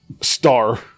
Star